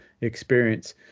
experience